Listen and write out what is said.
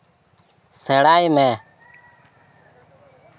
ᱥᱮᱬᱟᱭ ᱢᱮ